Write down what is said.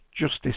justice